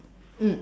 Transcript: mm